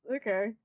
okay